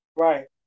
Right